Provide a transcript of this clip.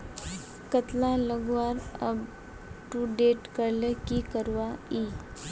कतला लगवार अपटूडेट करले की करवा ई?